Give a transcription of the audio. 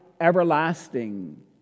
everlasting